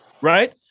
right